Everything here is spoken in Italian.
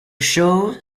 show